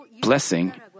blessing